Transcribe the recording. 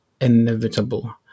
inevitable